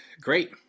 Great